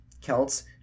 Celts